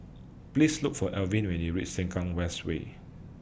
Please Look For Alwin when YOU REACH Sengkang West Way